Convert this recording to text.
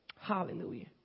Hallelujah